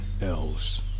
else